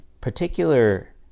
particular